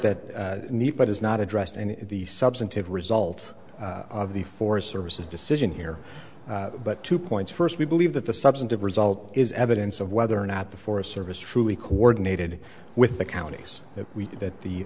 that need but is not addressed and the substantive result of the forest service is decision here but two points first we believe that the substantive result is evidence of whether or not the forest service truly coordinated with the counties that we that the